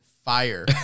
Fire